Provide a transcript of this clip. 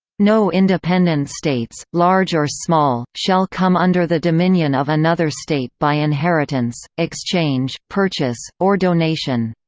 no independent states, large or small, shall come under the dominion of another state by inheritance, exchange, purchase, or donation